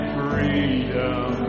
freedom